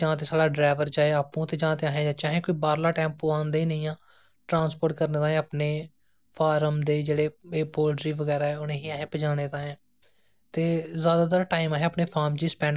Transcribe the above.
जेहड़ी फीमेल न ओह् बड़ा आर्ट एंड कराफट् गी बडा पंसद करदियां ना अज्ज बी ते आर्ट एंड कराफट बडे़ तरिके दा होई गेदा ते इक किस्मा दा दिक्खेआ जाए ते एह् इक बुमेन इमपावरमेंट बी ऐ